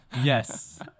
Yes